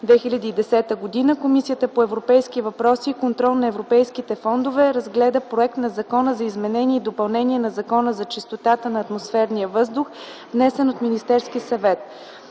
2010 г., Комисията по европейските въпроси и контрол на европейските фондове разгледа проектът на Закон за изменение и допълнение на Закона за чистотата на атмосферния въздух, внесен от Министерския съвет.